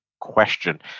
question